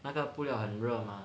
那个布料很热嘛